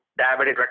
diabetic